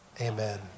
Amen